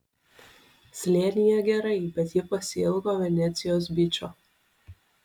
slėnyje gerai bet ji pasiilgo venecijos byčo